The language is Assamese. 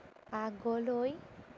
আগলৈ